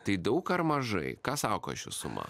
tai daug ar mažai ką sako ši suma